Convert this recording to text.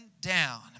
down